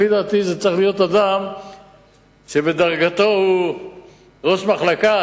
לפי דעתי זה צריך להיות אדם שבדרגתו הוא ראש מחלקה,